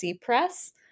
Press